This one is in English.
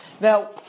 Now